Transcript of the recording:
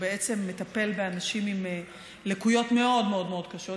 שבעצם מטפל באנשים עם לקויות מאוד מאוד מאוד קשות,